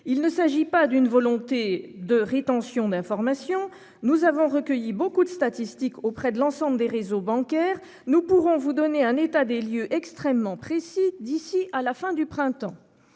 Il ne s'agit pas d'une volonté de rétention d'informations, nous avons recueilli beaucoup de statistiques auprès de l'ensemble des réseaux bancaires nous pourrons vous donner un état des lieux extrêmement précis d'ici à la fin du printemps.